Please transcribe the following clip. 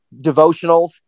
devotionals